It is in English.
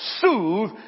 soothe